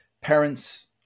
parents